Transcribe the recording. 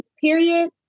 period